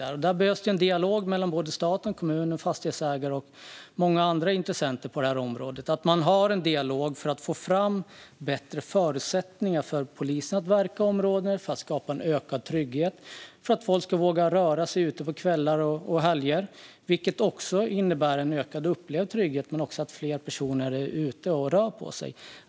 Där behövs en dialog mellan stat, kommun, fastighetsägare och många andra intressenter på området, för att få bättre förutsättningar för polisen att verka i områdena och för att skapa ökad trygghet så att folk vågar röra sig ute på kvällar och helger. Detta innebär en större upplevd trygghet men också att fler personer är ute och rör på sig.